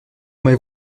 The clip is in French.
mes